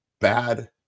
bad